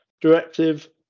Directive